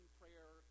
prayer